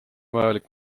vajalik